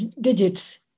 digits